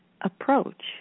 approach